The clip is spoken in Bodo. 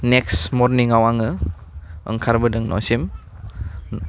नेक्स मर्निंङाव आङो ओंखारबोदों न'सिम